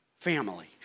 Family